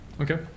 Okay